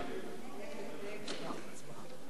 ההצעה להעביר את הצעת חוק